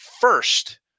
first